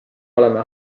oleme